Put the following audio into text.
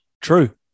True